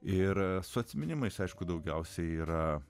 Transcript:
ir su atsiminimais aišku daugiausiai yra